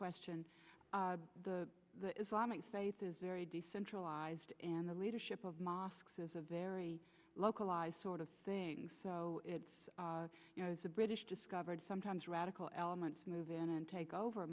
question the islamic faith is very decentralized and the leadership of mosques is a very localized sort of thing so it's you know the british discovered sometimes radical elements move in and take over